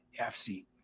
FC